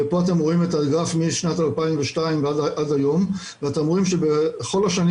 ופה אתם רואים את הגרף משנת 2002 עד היום ואתם רואים שבכל השנים